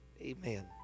Amen